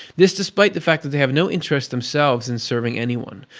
this despite the fact that they have no interest themselves in serving anyone,